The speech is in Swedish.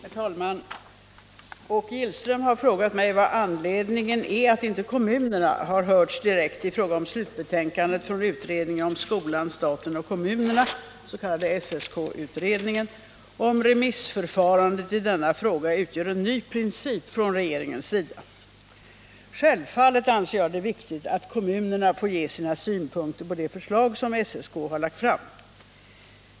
Herr talman! Åke Gillström har frågat mig vad anledningen är till att inte kommunerna har hörts direkt i fråga om slutbetänkandet från utredningen om skolan, staten och kommunerna och om remissförfarandet i denna fråga utgör en ny princip från regeringens sida. Självfallet anser jag det viktigt att kommunerna får ge sina synpukter på de förslag som SSK lagt fram.